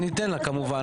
אני אתן לה כמובן,